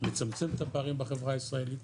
לצמצם את הפערים בחברה הישראלית,